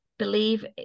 believe